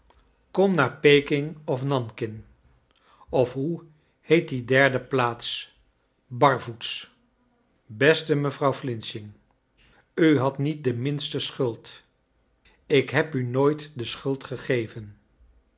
kom naai peking of nanking of hoc heet die derde plaats barvoets beste mevrouw flinching u hadt niet de minste schuld ik heb u nooit de schuld gegeven